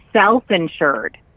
self-insured